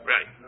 Right